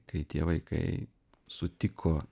kai tie vaikai sutiko